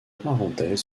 parenthèses